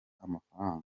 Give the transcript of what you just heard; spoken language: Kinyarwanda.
amafaranga